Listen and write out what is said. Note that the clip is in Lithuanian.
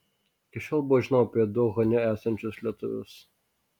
iki šiol buvo žinoma apie du uhane esančius lietuvius